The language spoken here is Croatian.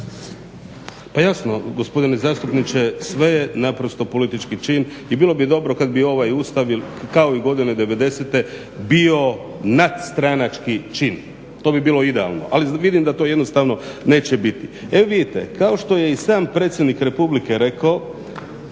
Pa jasno gospodine zastupniče. Sve je naprosto politički čin i bilo bi dobro kad bi ovaj Ustav kao i godine 90.-te bio nad stranački čin, to bi bilo idealno, ali vidim da to jednostavno neće biti. evo vidite kao što je i sam predsjednik republike rekao,